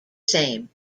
same